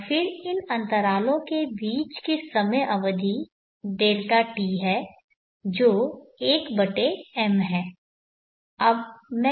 और फिर इन अंतरालों के बीच की समय अवधि Δt है जो 1 m है